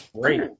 Great